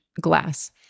glass